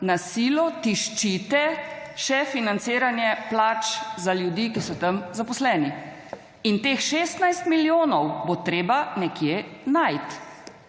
na silo tiščite še financiranje plač za ljudi, ki so tam zaposleni in teh 16 milijonov bo treba nekje najti.